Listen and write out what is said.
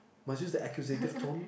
must use the accusative tone